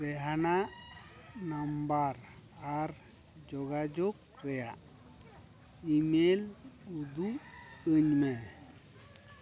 ᱨᱮᱦᱟᱱᱟ number ᱟᱨ ᱡᱚᱜᱟᱡᱳᱜᱽ ᱨᱮᱭᱟᱜ ᱤᱢᱮᱞ ᱩᱫᱩᱜ ᱟ ᱧ ᱢᱮ